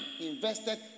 Invested